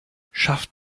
schafft